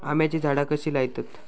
आम्याची झाडा कशी लयतत?